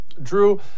Drew